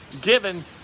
given